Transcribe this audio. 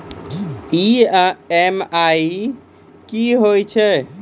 EMI कि होय छै?